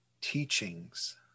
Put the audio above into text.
teachings